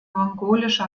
mongolische